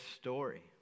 story